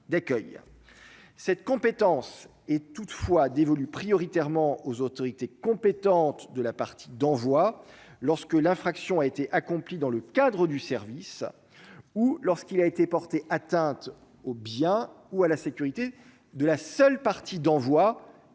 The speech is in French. cette compétence est toutefois dévolu prioritairement aux autorités compétentes de la partie d'envoi lorsque l'infraction a été accompli dans le cadre du service ou lorsqu'il a été porté atteinte aux biens ou à la sécurité de la seule partie d'envoi